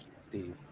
Steve